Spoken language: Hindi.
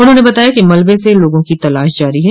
उन्होंने बताया कि मलबे से लोगों की तलाष जारी है